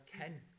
ken